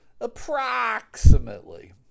Approximately